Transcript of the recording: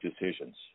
decisions